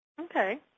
Okay